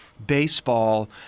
baseball